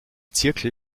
zirkel